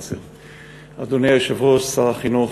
אדוני היושב-ראש, שר החינוך,